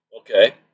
Okay